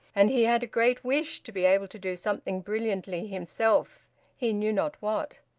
and he had a great wish to be able to do something brilliantly himself he knew not what.